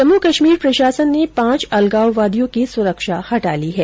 जम्मू कश्मीर प्रशासन ने पांच अलगाववादियों की सुरक्षा हटा ली है